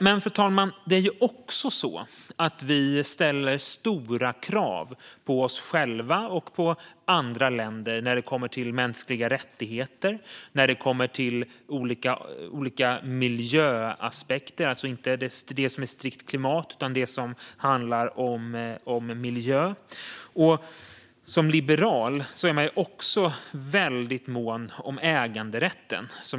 Fru talman! Vi ställer också stora krav på oss själva och på andra länder när det gäller mänskliga rättigheter och miljöaspekter i övrigt. Som liberal är man också väldigt mån om äganderätten.